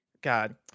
God